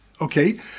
okay